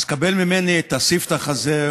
אז קבל ממני את הספתח הזה,